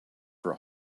for